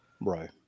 Right